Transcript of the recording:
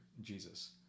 Jesus